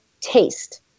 taste